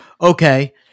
okay